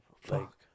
fuck